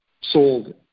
sold